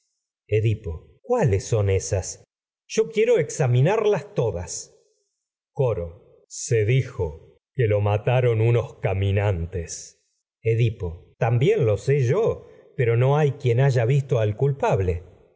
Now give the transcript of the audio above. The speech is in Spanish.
edipo cuáles son ésas yo quiero examinarlas fadas tragedias de sófocles coro edipo se dijo que lo mataron sé yo unos caminantes también lo pepo no hay quien haya visto al culpable